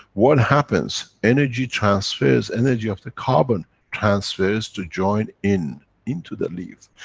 what happens? energy transfers, energy of the carbon transfers to join in, into the leaf.